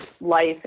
life